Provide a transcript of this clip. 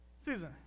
Susan